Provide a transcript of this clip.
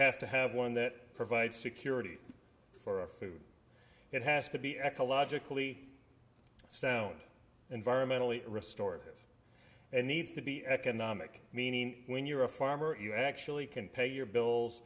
have to have one that provides security for food that has to be ecologically sound environmentally restored and needs to be economic meaning when you're a farmer you actually can pay your bills